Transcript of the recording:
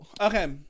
Okay